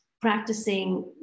practicing